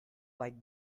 like